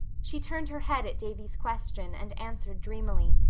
she turned her head at davy's question and answered dreamily,